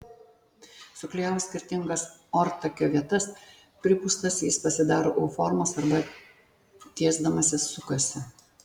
suklijavus skirtingas ortakio vietas pripūstas jis pasidaro u formos arba tiesdamasis sukasi